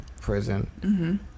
prison